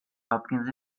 hopkins